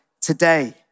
today